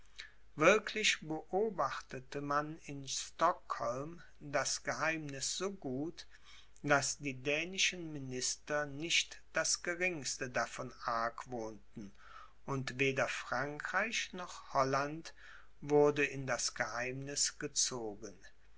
wirklich beobachtete man in stockholm das geheimniß so gut daß die dänischen minister nicht das geringste davon argwohnten und weder frankreich noch holland wurde in das geheimniß gezogen